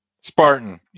Spartan